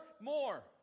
more